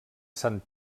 sant